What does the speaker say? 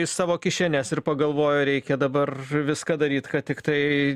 į savo kišenes ir pagalvojo reikia dabar viską daryi kad tiktai